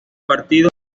partido